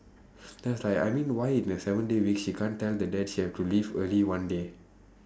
then I was like I mean why in a seven day week she can't tell the dad she have to leave early one day